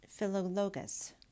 Philologus